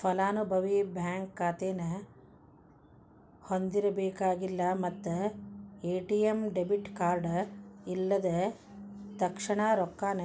ಫಲಾನುಭವಿ ಬ್ಯಾಂಕ್ ಖಾತೆನ ಹೊಂದಿರಬೇಕಾಗಿಲ್ಲ ಮತ್ತ ಎ.ಟಿ.ಎಂ ಡೆಬಿಟ್ ಕಾರ್ಡ್ ಇಲ್ಲದ ತಕ್ಷಣಾ ರೊಕ್ಕಾನ